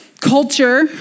culture